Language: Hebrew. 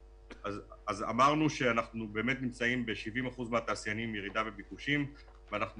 אמרנו שאנחנו באמת נמצאים ב-70% מהתעשיינים עם ירידה בביקושים ואנחנו